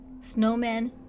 snowmen